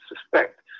suspect